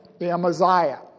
Amaziah